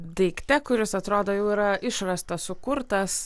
daikte kuris atrodo jau yra išrastas sukurtas